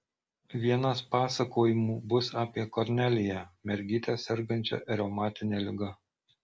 vienas pasakojimų bus apie korneliją mergytę sergančią reumatine liga